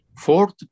fourth